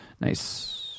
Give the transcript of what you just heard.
nice